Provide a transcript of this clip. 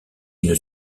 une